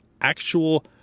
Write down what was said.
actual